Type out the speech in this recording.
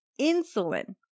insulin